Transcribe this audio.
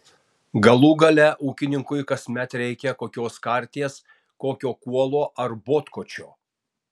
galų gale ūkininkui kasmet reikia kokios karties kokio kuolo ar botkočio